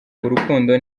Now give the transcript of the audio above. urukundo